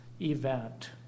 event